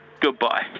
Goodbye